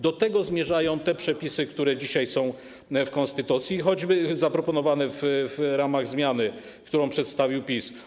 Do tego zmierzają te przepisy, które dzisiaj są w konstytucji, choćby zaproponowane w ramach zmiany, którą przedstawił PiS.